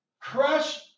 crush